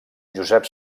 josep